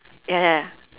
ya ya